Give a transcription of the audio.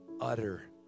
utter